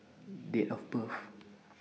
Date of birth